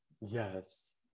yes